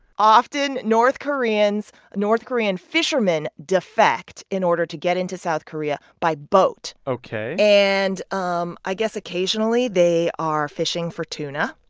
often, north koreans north korean fishermen defect in order to get into south korea by boat ok and um i guess occasionally, they are fishing for tuna.